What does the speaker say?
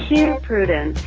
here, prudence,